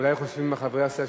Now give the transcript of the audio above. אדוני השר.